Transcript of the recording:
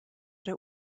der